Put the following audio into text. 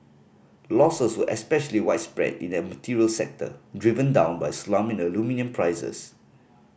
losses were especially widespread in the materials sector driven down by a slump in aluminium prices